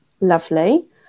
lovely